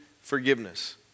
forgiveness